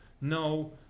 no